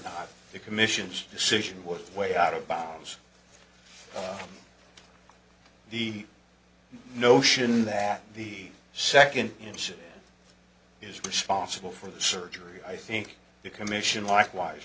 not the commission's decision was way out of bounds the notion that the second answer is responsible for the surgery i think the commission likewise